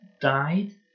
died